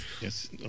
Yes